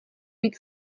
být